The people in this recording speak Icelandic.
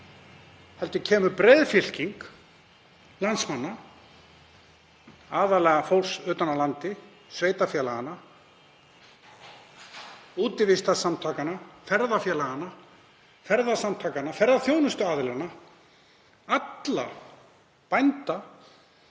hluti heldur breiðfylking landsmanna, aðallega fólks utan af landi, sveitarfélaganna, útivistarsamtakanna, ferðafélaganna, ferðasamtakanna, ferðaþjónustuaðilanna, bænda,